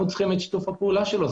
אנו צריכים את שיתוף הפעולה שלו.